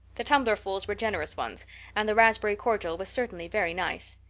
the tumblerfuls were generous ones and the raspberry cordial was certainly very nice.